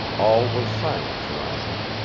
all was silence around him,